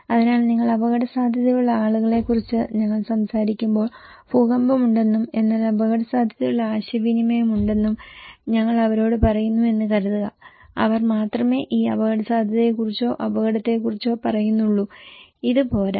അതിനാൽ നിങ്ങൾ അപകടസാധ്യതയുള്ള ആളുകളെക്കുറിച്ച് ഞങ്ങൾ സംസാരിക്കുമ്പോൾ ഭൂകമ്പമുണ്ടെന്നും എന്നാൽ അപകടസാധ്യതയുള്ള ആശയവിനിമയമുണ്ടെന്നും ഞങ്ങൾ അവരോട് പറയുന്നുവെന്ന് കരുതുക അവർ മാത്രമേ ഈ അപകടസാധ്യതയെക്കുറിച്ചോ അപകടത്തെക്കുറിച്ചോ പറയുന്നുള്ളൂ ഇത് പോരാ